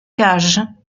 cage